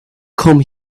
come